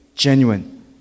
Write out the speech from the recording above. genuine